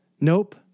Nope